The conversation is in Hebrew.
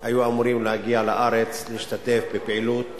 היתה אמורה להגיע לארץ להשתתף בפעילות